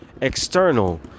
external